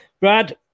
Brad